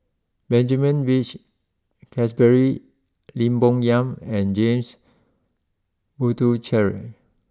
Benjamin Peach Keasberry Lim Bo Yam and James Puthucheary